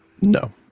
No